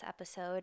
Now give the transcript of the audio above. episode